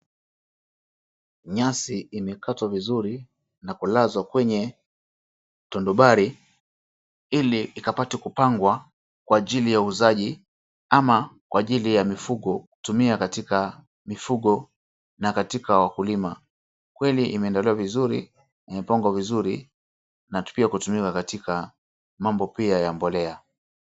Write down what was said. Nyasi imekatwa vizuri na kulazwa kwenye tondobari ili ipangwe kwa ajili ya uuzaji au kwa matumizi ya mifugo. Pia inaweza kutumika na wakulima, kwani imeandaliwa vizuri, imepangwa kwa umakini, na hutumika pia katika utengenezaji wa mbolea.